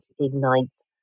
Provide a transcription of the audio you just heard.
ignites